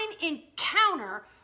encounter